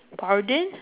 pardon